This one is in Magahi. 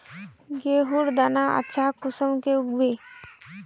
गेहूँर दाना अच्छा कुंसम के उगबे?